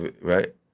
Right